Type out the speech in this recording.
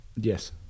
Yes